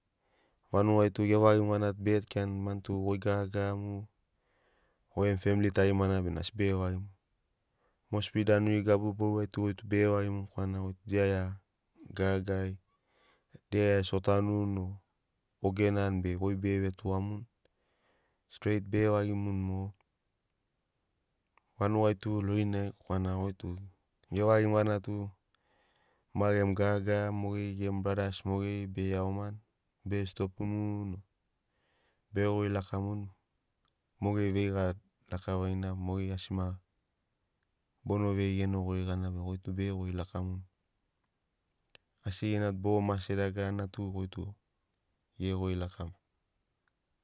Vanugai tu gevagimu gana tu bege kirani mani tug oi garagaramu goi gemu femli tarimana bena asi bege vagimuni mosbi danuri gabu boruri ai tu goi bege vagimuni korana goi tu dia gia gargarari dia gia gesi o tanuni o ogenani begoi bege vetugamuni strei bege vagimuni mogo. Vanugai tu lorinai korana goi tu gevagimu gana tu ma gemu garagara mogeri gemu bradas mogeri bege iagomani bege stopumuni bege gori lakamuni mogeri veiga lakavari na mogeri asi ma bono vei genogoi gana bena goitu bege gori lakamuni asigina boro mase dagarana tu goi tu gere gori lakamu.